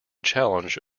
challenge